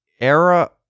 era